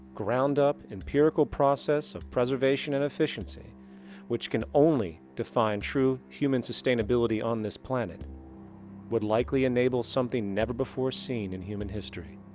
ground up empirical process of preservation and efficiency which can only define true human sustainability on this planet would likely enable something never before seen in human history